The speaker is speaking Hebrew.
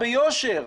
ביושר,